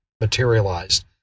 materialized